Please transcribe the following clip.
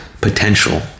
potential